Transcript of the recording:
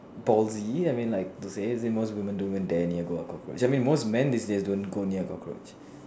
dozy I mean like to say most woman don't even dare near go a cockroach I mean most man is they don't go near a cockroach